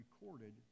recorded